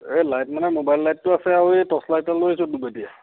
এই লাইট মানে ম'বাইলৰ লাইটটো আছে আৰু আৰু এই টছ লাইট এটা লৈ আহিছোঁ দুবেটেৰীয়া